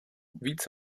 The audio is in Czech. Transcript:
víc